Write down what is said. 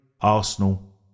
Arsenal